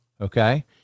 Okay